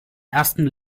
ersten